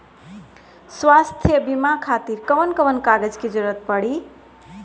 स्वास्थ्य बीमा खातिर कवन कवन कागज के जरुरत पड़ी?